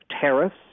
tariffs